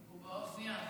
הוא באוזנייה.